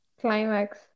Climax